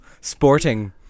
Sporting